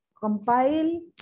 compile